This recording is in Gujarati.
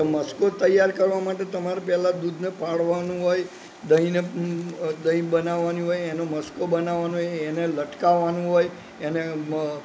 તો મસ્કો તૈયાર કરવા માટે તમારે પહેલાં દૂધને ફાડવાનું હોય દહીંને દહીં બનાવવાનું હોય એનો મસ્કો બનાવવાનો હોય એને લટકાવવાનું હોય એને